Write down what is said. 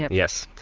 yeah yes,